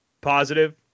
positive